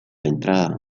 entrada